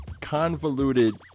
convoluted